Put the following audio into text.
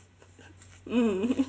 mm